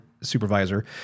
supervisor